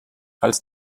als